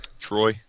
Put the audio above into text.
Troy